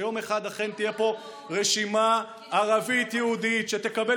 שיום אחד אכן תהיה פה רשימה ערבית-יהודית שתקבל